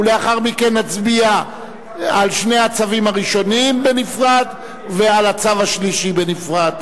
ולאחר מכן נצביע על שני הצווים הראשונים בנפרד ועל הצו השלישי בנפרד.